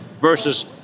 versus